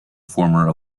former